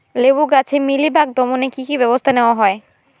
লেবু গাছে মিলিবাগ দমনে কী কী ব্যবস্থা নেওয়া হয়?